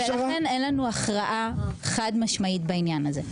ולכן אין לנו הכרעה חד משמעית בעניין הזה.